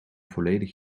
volledig